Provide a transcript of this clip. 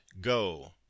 go